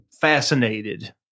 fascinated